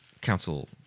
Council